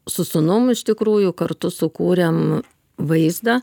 su sūnum iš tikrųjų kartu sukūrėm vaizdą